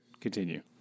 Continue